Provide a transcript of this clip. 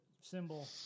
symbol